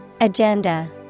Agenda